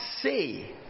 say